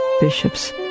bishops